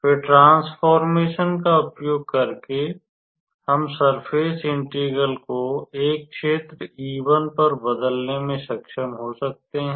फिर ट्रांस्फ़ोर्मेशन का उपयोग करके हम सर्फ़ेस इंटीग्रल को एक क्षेत्र E1 पर बदलने में सक्षम हो सकते हैं